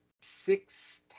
six